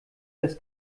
des